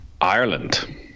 Ireland